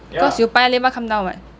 cause you paya lebar come down [what]